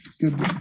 Good